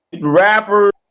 rappers